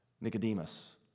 Nicodemus